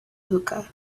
hookah